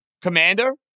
Commander